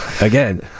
again